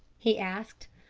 he asked.